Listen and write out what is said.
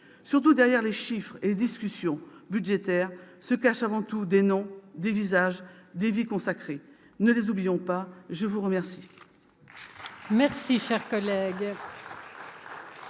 Surtout, derrière les chiffres et les discussions budgétaires se cachent avant tout des noms, des visages et des vies consacrées. Ne les oublions pas ! La parole